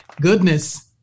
goodness